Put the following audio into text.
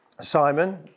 Simon